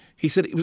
he said,